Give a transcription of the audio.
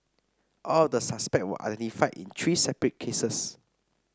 all of the suspect were identified in three separate cases